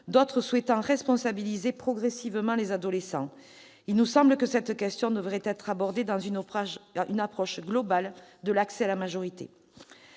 d'autres souhaitant responsabiliser progressivement les adolescents. À nos yeux, cette question devrait être abordée dans le cadre d'une approche globale de l'accès à la majorité.